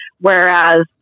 whereas